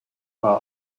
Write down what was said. bar